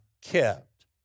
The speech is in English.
kept